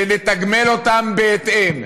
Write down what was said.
ונתגמל אותם בהתאם,